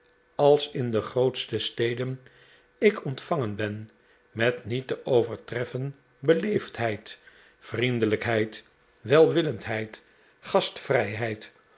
als in de grootste steden ik ontvangen ben met niet te overtreffen beleefdheid vriendelijkheid welwillendheid gastvrijheid